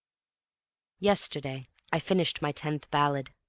yesterday i finished my tenth ballad.